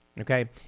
Okay